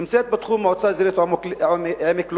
היא נמצאת בתחום המועצה האזורית עמק לוד,